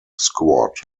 squad